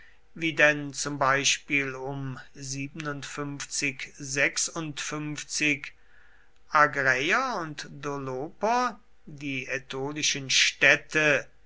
wie denn zum beispiel um agräer und doloper die ätolischen städte